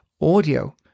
audio